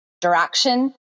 Direction